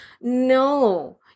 No